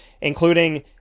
including